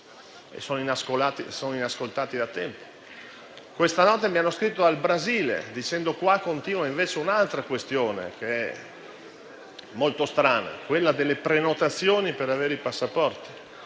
Sono inascoltati da tempo. Questa notte mi hanno scritto dal Brasile, dove continua invece un'altra questione molto strana, quella delle prenotazioni per avere i passaporti,